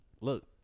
Look